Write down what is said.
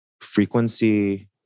frequency